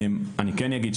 כן אגיד,